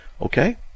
Okay